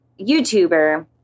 YouTuber